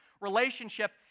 relationship